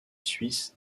suisse